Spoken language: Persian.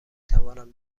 توانم